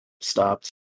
stopped